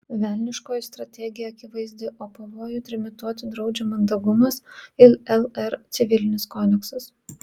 velniškoji strategija akivaizdi o pavojų trimituoti draudžia mandagumas ir lr civilinis kodeksas